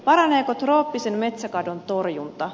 paraneeko trooppisen metsäkadon torjunta